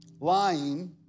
lying